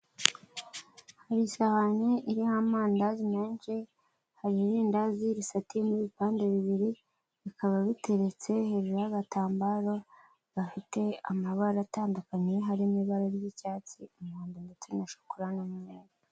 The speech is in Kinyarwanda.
Hari isahani iriho amandazi menshi, hari irindazi risatuyemo ibipande bibiri, bikaba biteretse hejuru y'agatambaro gafite amabara atandukanye, harimo ibara ry'icyatsi, umuhondo ndetse na shokora n'umweru.